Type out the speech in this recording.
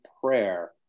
prayer